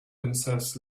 themselves